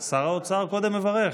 לאחר ששר האוצר יסיים את ברכותיו,